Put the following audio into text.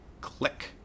click